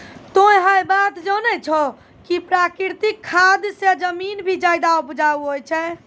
तोह है बात जानै छौ कि प्राकृतिक खाद स जमीन भी ज्यादा उपजाऊ होय छै